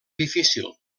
difícil